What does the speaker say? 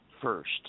first